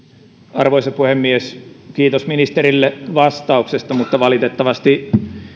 arvoisa puhemies kiitos ministerille vastauksesta mutta valitettavasti